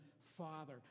Father